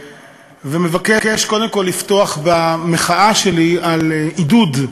ומבקש, קודם כול, לפתוח במחאה שלי על עידוד,